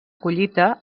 collita